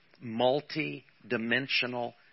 multi-dimensional